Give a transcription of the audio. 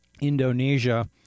Indonesia